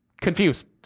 confused